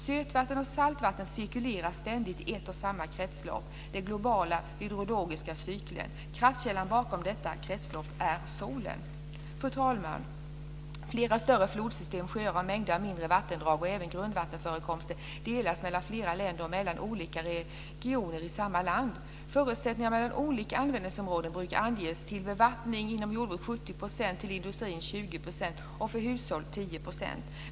Sötvatten och saltvatten cirkulerar ständigt i ett och samma kretslopp - den globala hydrologiska cyklen. Kraftkällan bakom detta kretslopp är solen. Fru talman! Flera större flodsystem, sjöar samt mängder av mindre vattendrag och även grundvattenförekomster delas med mellan flera länder och mellan olika regioner i samma land. Fördelningen mellan olika användningsområden brukar anges till bevattning inom jordbruk 70 %, till industri 20 % och för hushåll 10 %.